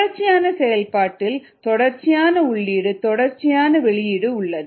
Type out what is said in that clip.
தொடர்ச்சியான செயல்பாட்டில் தொடர்ச்சியான உள்ளீடு தொடர்ச்சியான வெளியீடு உள்ளது